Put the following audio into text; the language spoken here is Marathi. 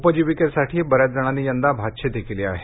उपजीविकेसाठी बऱ्याच जणांनी यंदा भात शेती केली आहे